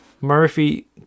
Murphy